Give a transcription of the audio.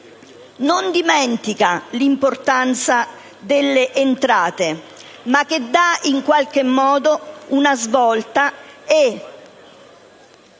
non dimentica l'importanza delle entrate, ma che segna in qualche modo una svolta e